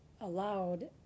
allowed